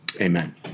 Amen